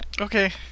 Okay